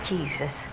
Jesus